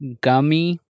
gummy